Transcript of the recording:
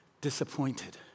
disappointed